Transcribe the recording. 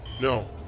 No